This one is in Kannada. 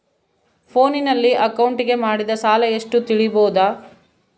ಫೋನಿನಲ್ಲಿ ಅಕೌಂಟಿಗೆ ಮಾಡಿದ ಸಾಲ ಎಷ್ಟು ತಿಳೇಬೋದ?